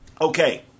Okay